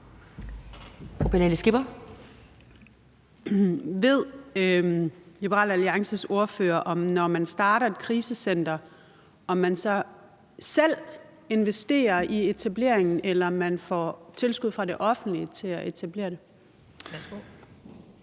Ved Liberal Alliances ordfører, om man, når man starter et krisecenter, så selv investerer i etableringen, eller om man får tilskud fra det offentlige til at etablere det?